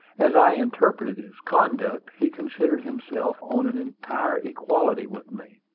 as i interpreted his conduct, he considered himself on an entire equality with me,